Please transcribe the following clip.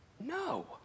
No